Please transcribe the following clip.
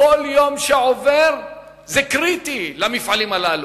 כל יום שעובר קריטי למפעלים הללו.